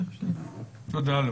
תודה.